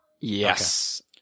Yes